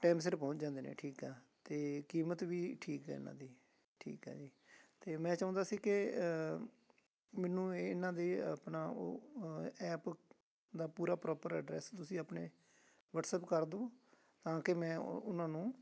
time ਸਿਰ ਪਹੁੰਚ ਜਾਂਦੇ ਨੇ ਠੀਕ ਆ ਅਤੇ ਕੀਮਤ ਵੀ ਠੀਕ ਹੈ ਇਹਨਾਂ ਦੀ ਠੀਕ ਹੈ ਜੀ ਅਤੇ ਮੈਂ ਚਾਹੁੰਦਾ ਸੀ ਕਿ ਮੈਨੂੰ ਇਹਨਾਂ ਦੇ ਆਪਣਾ ਉਹ ਐਪ ਦਾ ਪੂਰਾ ਪ੍ਰੋਪਰ ਐਡਰੈਸ ਤੁਸੀਂ ਆਪਣੇ ਵਟਸਐਪ ਕਰ ਦਿਉ ਤਾਂ ਕਿ ਮੈਂ ਉਹਨਾਂ ਨੂੰ